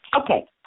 Okay